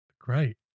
Great